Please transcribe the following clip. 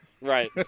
Right